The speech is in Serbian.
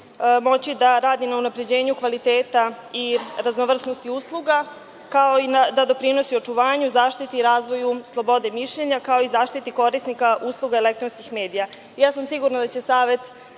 moći da radi na unapređenju kvaliteta i raznovrsnosti usluga, kao i da doprinosi očuvanju, zaštiti i razvoju slobode mišljenja, kao i zaštiti korisnika usluga elektronskih medija. Sigurna sam da će Savet